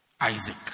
Isaac